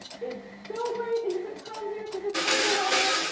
it's so great and you could come here through this terrible weather.